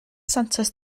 santes